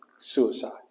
suicide